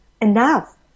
enough